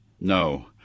No